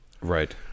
Right